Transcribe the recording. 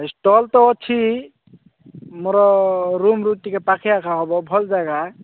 stall ତ ଅଛି ମୋର ରୁମ୍ରୁ ଟିକେ ପାଖି ଆଖା ହବ ଭଲ୍ ଜାଗା